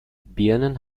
birnen